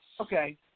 Okay